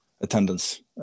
attendance